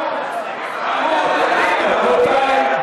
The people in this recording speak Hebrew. רבותי,